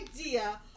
idea